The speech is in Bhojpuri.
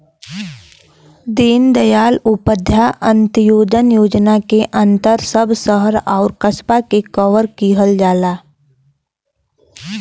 दीनदयाल उपाध्याय अंत्योदय योजना के अंदर सब शहर आउर कस्बा के कवर किहल जाई